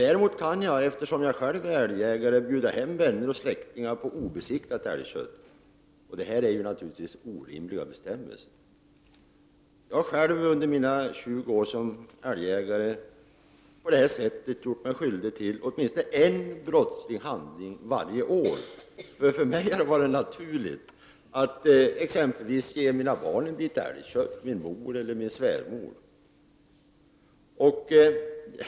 Däremot kan jag — jag är alltså själv älgjägare — bjuda hem vänner och släktingar på obesiktigat älgkött. Dessa bestämmelser är naturligtvis helt orimliga. Under mina 20 år som älgjägare har jag gjort mig skyldig till åtminstone en brottslig handling varje år. För mig har det nämligen varit naturligt att exempelvis ge mina barn, min mor eller min svärmor litet älgkött.